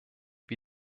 wie